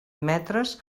metres